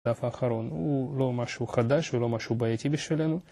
הדף האחרון הוא לא משהו חדש ולא משהו בעייתי בשבילנו